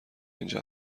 اینجا